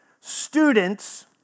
students